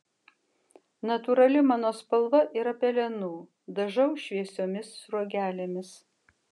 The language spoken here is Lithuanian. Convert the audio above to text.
natūrali mano spalva yra pelenų dažau šviesiomis sruogelėmis